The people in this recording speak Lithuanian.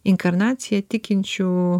inkarnacija tikinčių